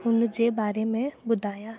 हुनजे बारे में ॿुधायां